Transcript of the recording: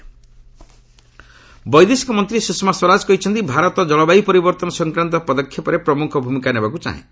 Sushma climate ବୈଦେଶିକ ମନ୍ତ୍ରୀ ସୁଷମା ସ୍ୱରାଜ କହିଛନ୍ତି ଭାରତ ଜଳବାୟୁ ପରିବର୍ତ୍ତନ ସଂକ୍ରାନ୍ତ ପଦକ୍ଷେପରେ ପ୍ରମୁଖ ଭୂମିକା ନେବାକୁ ଚାହେଁ